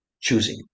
choosing